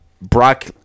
Brock